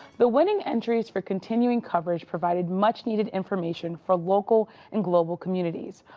the winning entries for continuing coverage provided much needed information for local and global communities.